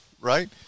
right